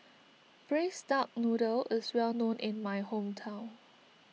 Braised Duck Noodle is well known in my hometown